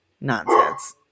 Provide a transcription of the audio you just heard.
nonsense